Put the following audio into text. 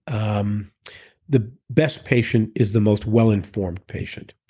um the best patient is the most well-informed patient.